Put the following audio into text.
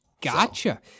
Gotcha